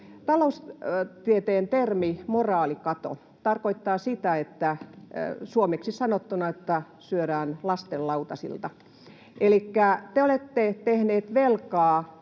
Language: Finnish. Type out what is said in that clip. Taloustieteen termi moraalikato tarkoittaa suomeksi sanottuna sitä, että syödään lasten lautasilta. Elikkä te olette tehneet velkaa,